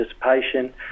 participation